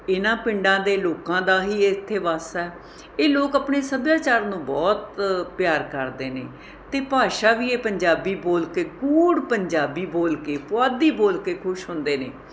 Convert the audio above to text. ਇਨਾਂ ਪਿੰਡਾਂ ਦੇ ਲੋਕਾਂ ਦਾ ਹੀ ਇੱਥੇ ਵੱਸ ਹੈ ਇਹ ਲੋਕ ਆਪਣੇ ਸੱਭਿਆਚਾਰ ਨੂੰ ਬਹੁਤ ਪਿਆਰ ਕਰਦੇ ਨੇ ਅਤੇ ਭਾਸ਼ਾ ਵੀ ਇਹ ਪੰਜਾਬੀ ਬੋਲ ਕੇ ਕੂੜ ਪੰਜਾਬੀ ਬੋਲ ਕੇ ਪੁਆਧੀ ਬੋਲ ਕੇ ਖੁਸ਼ ਹੁੰਦੇ ਨੇ